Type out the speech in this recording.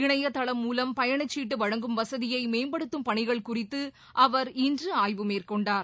இணையதளம் மூலம் பயணச்சீட்டு வழங்கும் வசதியை மேம்படுத்தும் பணிகள் குறித்து அவர் இன்று ஆய்வு மேற்கொண்டார்